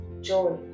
joy